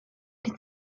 die